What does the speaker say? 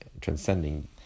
transcending